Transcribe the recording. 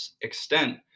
extent